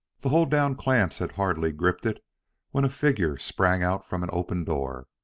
the hold-down clamps had hardly gripped it when a figure sprang out from an opened door.